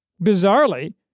Bizarrely